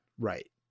right